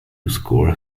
score